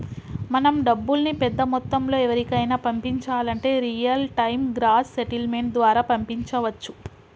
మనం డబ్బుల్ని పెద్ద మొత్తంలో ఎవరికైనా పంపించాలంటే రియల్ టైం గ్రాస్ సెటిల్మెంట్ ద్వారా పంపించవచ్చు